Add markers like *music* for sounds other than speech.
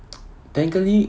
*noise* technically